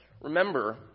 Remember